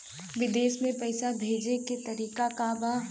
विदेश में पैसा भेजे के तरीका का बा?